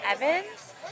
Evans